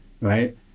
right